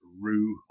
Rue